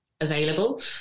available